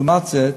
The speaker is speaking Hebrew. לעומת זאת,